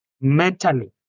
Mentally